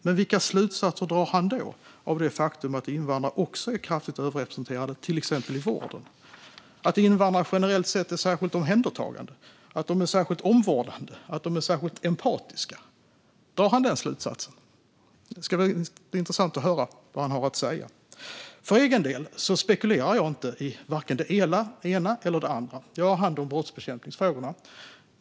Men vilka slutsatser drar han då av det faktum att invandrare också är kraftigt överrepresenterade i till exempel vården? Är invandrare generellt sett särskilt omhändertagande? Är de särskilt omvårdande? Är de särskilt empatiska? Drar han de slutsatserna? Det ska bli intressant att höra vad han har att säga. För egen del spekulerar jag inte i vare sig det ena eller det andra. Jag har hand om brottsbekämpningsfrågorna.